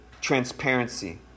transparency